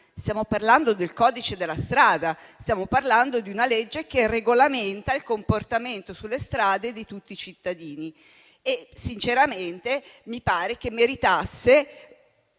ma del codice della strada. Stiamo parlando di una legge che regolamenta il comportamento sulla strada di tutti i cittadini. Sinceramente, mi pare che meritasse